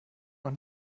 noch